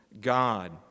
God